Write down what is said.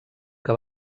que